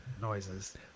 noises